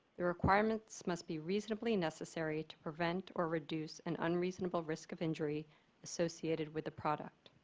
the requirements must be reasonably necessary to prevent or reduce an unreasonable risk of injury associated with the product.